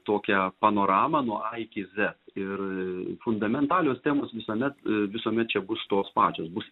tokią panoramą nuo a iki zet ir fundamentalios temos visuomet visuomet čia bus tos pačios bus